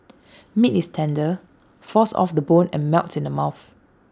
meat is tender falls off the bone and melts in the mouth